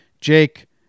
Jake